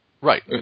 Right